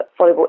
Volleyball